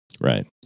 Right